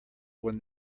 when